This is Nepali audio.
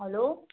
हेलो